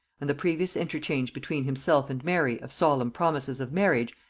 and the previous interchange between himself and mary of solemn promises of marriage,